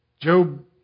Job